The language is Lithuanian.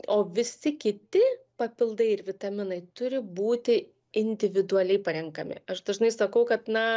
o visi kiti papildai ir vitaminai turi būti individualiai parenkami aš dažnai sakau kad na